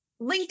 LinkedIn